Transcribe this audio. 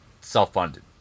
self-funded